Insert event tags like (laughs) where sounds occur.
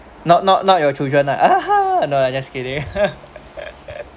not not not your children (laughs) no I just kidding (laughs)